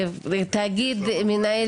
את התאגיד מנהל